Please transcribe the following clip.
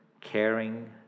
caring